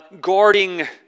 Guarding